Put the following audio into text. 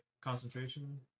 concentration